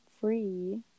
Free